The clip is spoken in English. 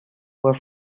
were